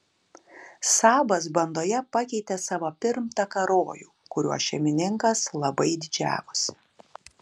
sabas bandoje pakeitė savo pirmtaką rojų kuriuo šeimininkas labai didžiavosi